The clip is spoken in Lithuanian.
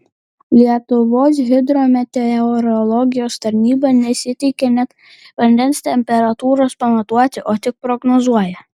lietuvos hidrometeorologijos tarnyba nesiteikia net vandens temperatūros pamatuoti o tik prognozuoja